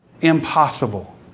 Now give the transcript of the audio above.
Impossible